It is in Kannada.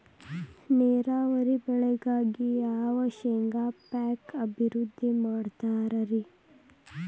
ನೇರಾವರಿ ಬೆಳೆಗಾಗಿ ಯಾವ ಶೇಂಗಾ ಪೇಕ್ ಅಭಿವೃದ್ಧಿ ಮಾಡತಾರ ರಿ?